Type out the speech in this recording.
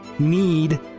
need